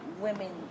women